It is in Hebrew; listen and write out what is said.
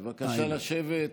בבקשה לשבת.